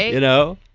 you know.